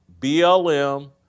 BLM